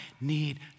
need